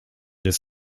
des